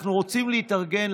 אנחנו רוצים להתארגן,